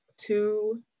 Two